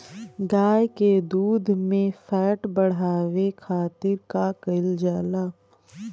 गाय के दूध में फैट बढ़ावे खातिर का कइल जाला?